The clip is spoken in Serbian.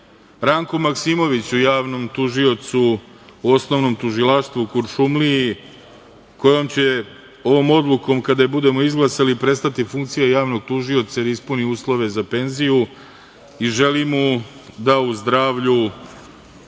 Ranku Maksimoviću, javnom tužiocu u Osnovnom tužilaštvu u Kuršumliji kojem će ovom odlukom, kada je budemo izglasali, prestati funkcija javnog tužioca, jer je ispunio uslove za penziju i želim mu da u zdravlju,